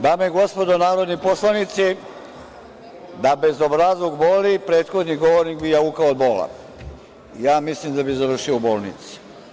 Dame i gospodo narodni poslanici, da bezobrazluk boli, prethodni govornik bi jaukao od bola, mislim da bi završio u bolnici.